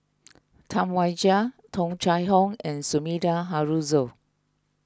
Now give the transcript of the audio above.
Tam Wai Jia Tung Chye Hong and Sumida Haruzo